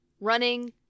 running